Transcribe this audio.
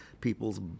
people's